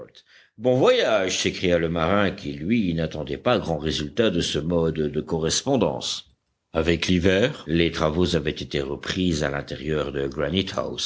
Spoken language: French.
bon voyage s'écria le marin qui lui n'attendait pas grand résultat de ce mode de correspondance avec l'hiver les travaux avaient été repris à l'intérieur de